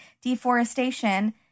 deforestation